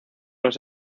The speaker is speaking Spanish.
los